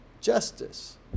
justice